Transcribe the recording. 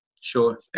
Sure